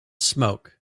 smoke